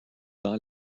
dans